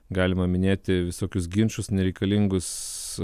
galima minėti visokius ginčus nereikalingus